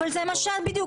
אבל זה מה שעשינו.